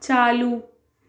چالو